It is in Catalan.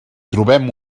trobem